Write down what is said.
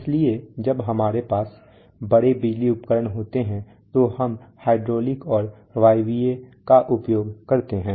इसलिए जब हमारे पास बड़े बिजली उपकरण होते हैं तो हम हाइड्रोलिक और वायवीय का उपयोग करते हैं